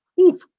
oof